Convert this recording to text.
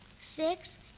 Six